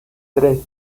tres